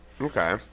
Okay